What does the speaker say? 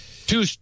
Two